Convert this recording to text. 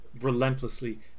relentlessly